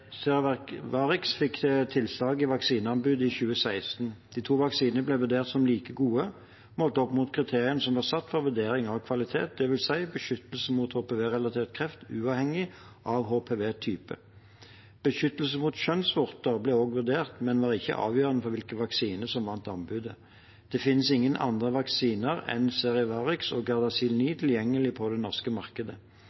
fikk tilslag i vaksineanbudet i 2016. De to vaksinene ble vurdert som like gode målt opp mot kriteriene som var satt for vurdering av kvalitet, dvs. beskyttelse mot HPV-relatert kreft uavhengig av HPV-type. Beskyttelse mot kjønnsvorter ble også vurdert, men var ikke avgjørende for hvilken vaksine som vant anbudet. Det finnes ingen andre vaksiner enn Cervarix og Gardasil